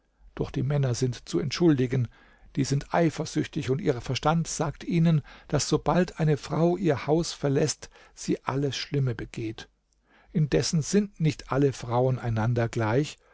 doch die männer sind zu entschuldigen die sind eifersüchtig und ihr verstand sagt ihnen daß sobald eine frau ihr haus verläßt sie alles schlimme begeht indessen sind nicht alle frauen einander gleich